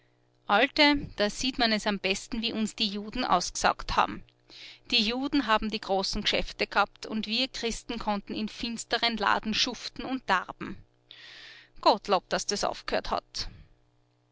alte da sieht man es am besten wie uns die juden ausgesaugt haben die juden haben die großen geschäfte gehabt und wir christen konnten im finsteren laden schuften und darben gottlob daß das aufgehört hat